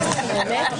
נעולה.